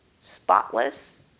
spotless